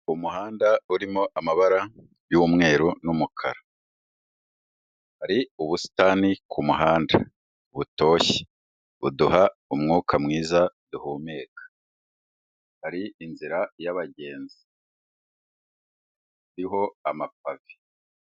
Umuhanda urimo amabara y'umweru n'umukara, hari ubusitani ku muhanda butoshye buduha umwuka mwiza duhumeka, hari inzira y'abagenzi iriho amapave.